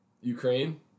Ukraine